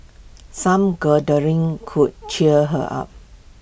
some cuddling could cheer her up